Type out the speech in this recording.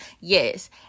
yes